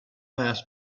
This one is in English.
mass